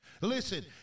Listen